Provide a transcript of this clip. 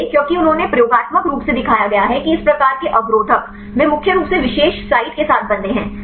इसलिए क्योंकि उन्हें प्रयोगात्मक रूप से दिखाया गया है कि इस प्रकार के अवरोधक वे मुख्य रूप से विशेष साइट के साथ बंधे हैं